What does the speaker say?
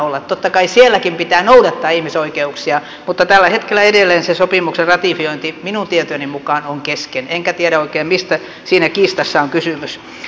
totta kai sielläkin pitää noudattaa ihmisoikeuksia mutta tällä hetkellä edelleen se sopimuksen ratifiointi minun tietojeni mukaan on kesken enkä oikein tiedä mistä siinä kiistassa on kysymys